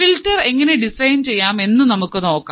filter എങ്ങനെ design ചെയ്യാം എന്നു നമുക്ക് നോക്കാം